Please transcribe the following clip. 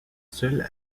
seul